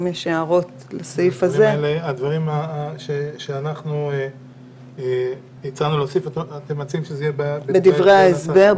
שאר הדברים שהצענו, אתם מציעים שיהיו בדברי ההסבר?